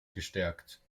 gestärkt